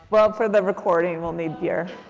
well for the recording we'll need yeah